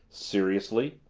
seriously.